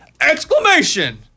exclamation